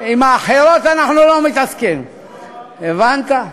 עם האחרות אנחנו לא מתעסקים, הבנת?